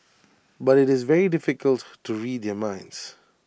but IT is very difficult to read their minds